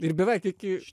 ir beveik iki